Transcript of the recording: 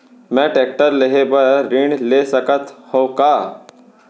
मैं टेकटर लेहे बर ऋण ले सकत हो का?